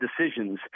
decisions